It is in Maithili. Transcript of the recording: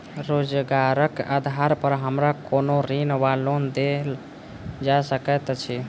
रोजगारक आधार पर हमरा कोनो ऋण वा लोन देल जा सकैत अछि?